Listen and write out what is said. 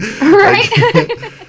Right